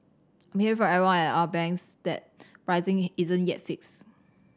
I'm hear from everyone at other banks that pricing isn't yet fixed